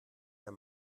der